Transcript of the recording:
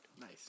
Nice